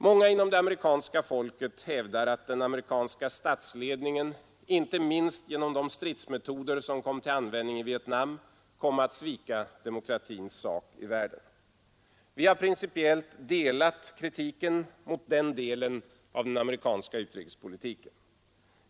Många inom det amerikanska folket hävdar att den amerikanska statsledningen inte minst genom de stridsmetoder som kom till användning i Vietnam kom att svika demokratins sak i världen. Vi har principiellt delat kritiken mot denna del av den amerikanska utrikespolitiken.